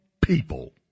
people